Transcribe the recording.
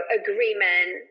agreement